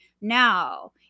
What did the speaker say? Now